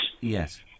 Yes